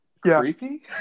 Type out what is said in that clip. creepy